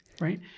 Right